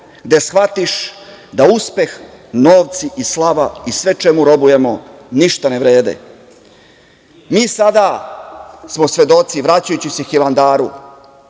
gde shvatiš da uspeh, novci i slava i sve čemu robujemo ništa ne vrede. Mi sada smo svedoci, vraćajući se Hilandaru,